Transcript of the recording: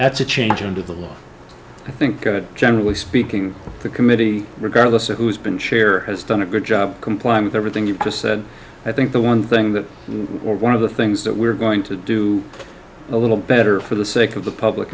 a change into the law i think generally speaking the committee regardless of who's been chair has done a good job complying with everything you've just said i think the one thing that one of the things that we're going to do a little better for the sake of the public